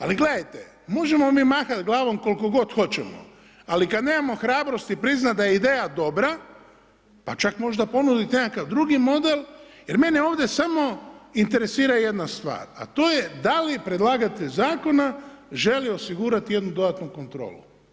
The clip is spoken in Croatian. Ali gledajte, možemo mi mahat glavom koliko god hoćemo, ali kad nemamo hrabrosti priznat da je ideja dobra, pa čak možda ponudit nekakav drugi model jer mene ovdje samo interesira jedna stvar a to je da li predlagatelj zakona želi osigurati jednu dodatnu kontrolu.